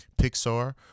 pixar